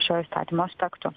šio įstatymo aspektų